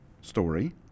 story